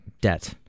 debt